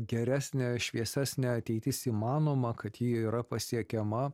geresnė šviesesnė ateitis įmanoma kad ji yra pasiekiama